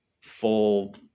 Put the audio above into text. full